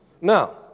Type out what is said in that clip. Now